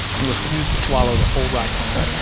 and refused to swallow the whole ride home,